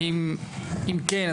ואם כן,